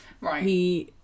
Right